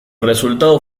resultado